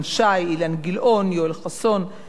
יואל חסון וחיים אורון,